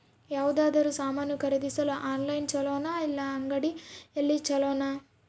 ಯಾವುದಾದರೂ ಸಾಮಾನು ಖರೇದಿಸಲು ಆನ್ಲೈನ್ ಛೊಲೊನಾ ಇಲ್ಲ ಅಂಗಡಿಯಲ್ಲಿ ಛೊಲೊನಾ?